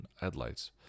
headlights